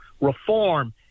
reform